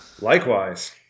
Likewise